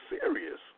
serious